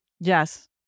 Yes